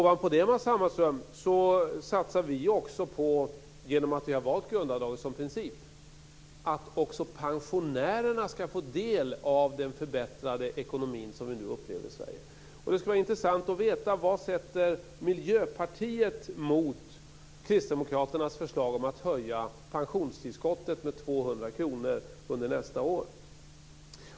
Genom att vi har valt grundavdraget som princip satsar vi dessutom, Matz Hammarström, på att pensionärerna också ska få del av den förbättrade ekonomi som vi nu upplever i Sverige. Det skulle vara intressant att veta vad Miljöpartiet sätter mot Kristdemokraternas förslag om att höja pensionstillskottet med 200 kr under nästa år.